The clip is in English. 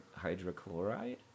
hydrochloride